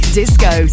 disco